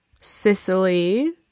Sicily